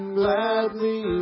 gladly